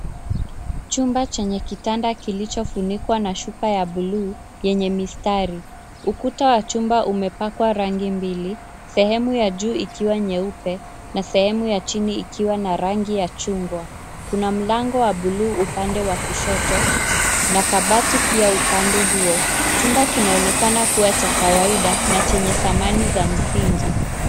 Chumba chenye kitanda kilichofunikwa na shuka ya buluu yenye mistari. Ukuta wa chumba umepakwa rangi mbili, sehemu ya juu ikiwa nyeupe na sehemu ya chini ikiwa na rangi ya chungwa. Kuna mlango wa buluu upande wa kushoto na kabati pia upande huo. Chumba kinaonekana kuwa cha kawaida na chenye samani za msingi.